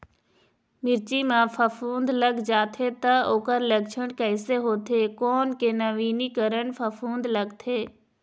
मिर्ची मा फफूंद लग जाथे ता ओकर लक्षण कैसे होथे, कोन के नवीनीकरण फफूंद लगथे?